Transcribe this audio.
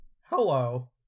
hello